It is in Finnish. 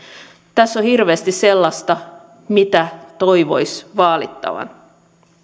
tässä on hirveästi sellaista mitä toivoisi vaalittavan